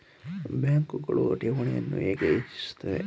ಬ್ಯಾಂಕುಗಳು ಠೇವಣಿಗಳನ್ನು ಹೇಗೆ ಹೆಚ್ಚಿಸುತ್ತವೆ?